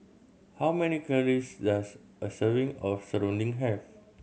how many calories does a serving of serunding have